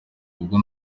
ubwo